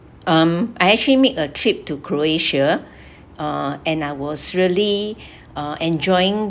um I actually made a trip to croatia uh and I was really uh enjoying